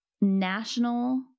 national